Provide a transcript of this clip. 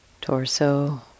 torso